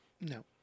No